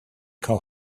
call